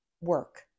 work